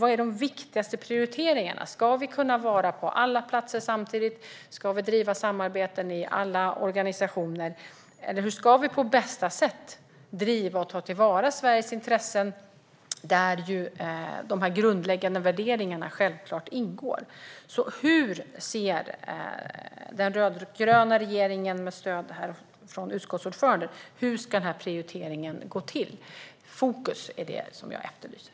Vilka är de viktigaste prioriteringarna? Ska vi kunna vara på alla platser samtidigt? Ska vi driva samarbete med alla organisationer, eller hur ska vi på bästa sätt driva och ta till vara Sveriges intressen, där dessa grundläggande värderingar självklart ingår? Hur anser den rödgröna regeringen med stöd från utskottsordföranden att denna prioritering ska gå till? Fokus är det jag efterlyser!